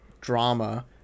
drama